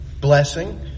Blessing